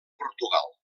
portugal